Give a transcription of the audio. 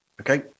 Okay